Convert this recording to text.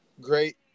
great